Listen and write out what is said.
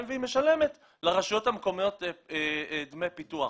והיא משלמת לרשויות המקומיות דמי פיתוח.